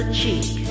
cheek